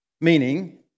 meaning